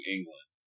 England